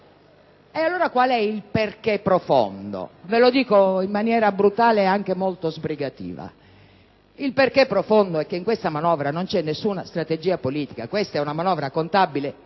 E allora, qual è il perché profondo di questa manovra? Ve lo dico in maniera brutale e anche molto sbrigativa. Il perché profondo è che in questa manovra non c'è alcuna strategia politica. Questa è una manovra contabile